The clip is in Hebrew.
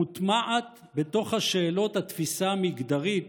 מוטמעת בתוך השאלות התפיסה המגדרית